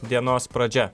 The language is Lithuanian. dienos pradžia